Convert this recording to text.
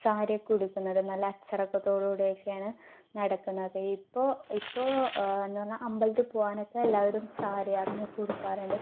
സാരിയൊക്കെ ഉടുക്കുന്നത് നല്ല അച്ചടക്കത്തോട് കൂടിയൊക്കെയാണ് നടക്കുന്നത് ഇപ്പോൾ ഇപ്പോൾ എന്ന് പറഞ്ഞാൽ അമ്പലത്തിൽ പോകാനൊക്കെ എല്ലാവരും സാരി അതിനൊക്കെ ഉടുക്കാറുണ്ട്